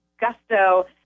gusto